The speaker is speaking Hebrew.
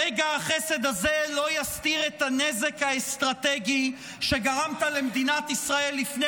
רגע החסד הזה לא יסתיר את הנזק האסטרטגי שגרמת למדינת ישראל לפני